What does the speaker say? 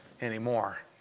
anymore